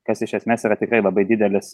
kas iš esmės yra tikrai labai didelis